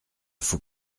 faut